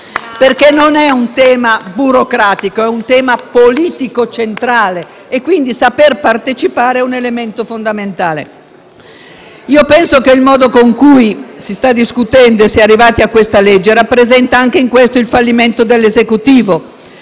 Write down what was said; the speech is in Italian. PD)*. Non è un tema burocratico, ma un tema politico centrale e quindi saper partecipare è quindi un elemento fondamentale. Penso che il modo in cui si sta discutendo e si è arrivati a questo disegno di legge rappresenta, anche questo, il fallimento dell'Esecutivo